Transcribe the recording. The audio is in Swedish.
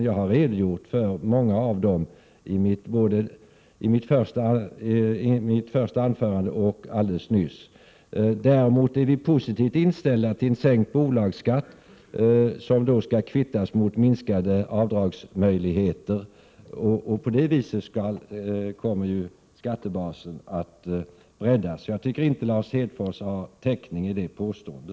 Jag har både i mitt första anförade och i mitt inlägg alldeles nyss redogjort för många av dessa missförhållanden. Däremot är vi positivt inställda till en sänkt bolagsskatt som då skall kvittas mot minskade avdragsmöjligheter. På det viset kommer skattebasen att breddas. Jag tycker inte att Lars Hedfors har täckning för sitt påstående.